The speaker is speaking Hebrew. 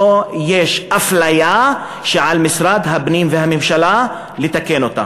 פה יש הפליה שעל משרד הפנים והממשלה לתקן אותה.